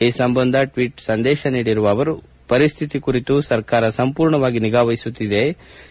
ಈ ಸಂಬಂಧ ಟ್ವೀಟ್ ಸಂದೇಶ ನೀಡಿರುವ ಅವರು ಪರಿಸ್ಥಿತಿ ಕುರಿತು ಸರ್ಕಾರ ಸಂಪೂರ್ಣವಾಗಿ ನಿಗಾವಹಿಸುತ್ತಿದೆ ಎಂದು ಹೇಳಿದ್ದಾರೆ